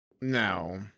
No